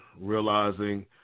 realizing